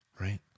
right